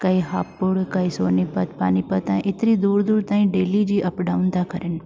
कई हापुड़ कई सोनीपत पानीपत आए एतिरी दूरि दूरि ताईं डेली जी अप डाउन था कनि